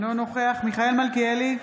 אינו נוכח מיכאל מלכיאלי,